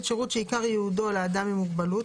שירות שעיקר ייעודו לאדם עם מוגבלות,